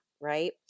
right